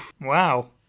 Wow